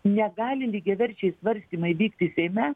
negali lygiaverčiai svarstymai vykti seime